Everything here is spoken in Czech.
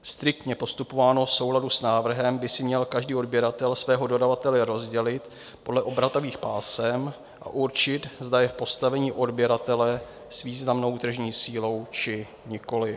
Striktně postupováno v souladu s návrhem by si měl každý odběratel svého dodavatele rozdělit podle obratových pásem a určit, zda je v postavení odběratele s významnou tržní sílou, či nikoliv.